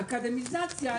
אקדמיזציה,